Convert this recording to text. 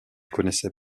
connaissait